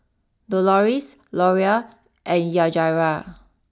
Dolores Loria and Yajaira